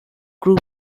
group